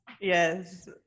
Yes